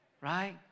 Right